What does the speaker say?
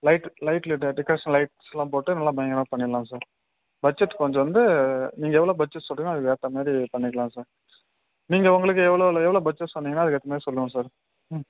light லைட்டில் டெ decoration lights எல்லாம் போட்டு நல்லா பயங்கரமாக பண்ணிடலாம் சார் பட்ஜெட் கொஞ்சம் வந்து நீங்கள் எவ்வளோ பட்ஜெட் சொல்லுறிங்களோ அதுக்கு ஏற்ற மாதிரி பண்ணிக்கலாம் சார் நீங்கள் உங்களுக்கு எவ்வளோல எவ்வளோ பட்ஜெட் சொன்னிங்கன்னா அதுக்கு ஏற்ற மாதிரி சொல்லுவேன் சார் ம்